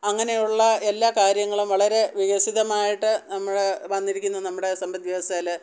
അങ്ങനെയുള്ള എല്ലാ കാര്യങ്ങളും വളരെ വികസിതമായിട്ടു നമ്മൾ വന്നിരിക്കുന്ന നമ്മുടെ സമ്പത്ത് വ്യവസ്ഥയിൽ